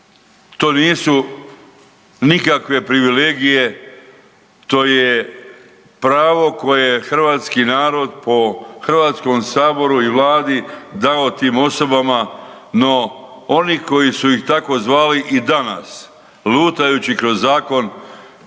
to nisu nikakve privilegije to je pravo koje hrvatski narod po Hrvatskom saboru i Vladu dao tim osobama no oni koji su ih tako zvali i danas lutajući kroz zakon